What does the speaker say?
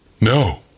no